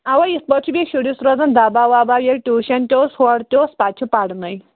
اوٕ یِتھہ کٔنۍ چھُ بیٚیہِ شُرِس روزان دباو وباو ییٛلہِ ٹیوٗشَن تہِ اوس ہورٕ تہِ اوس پَتہٕ چھُ پرنٕۍ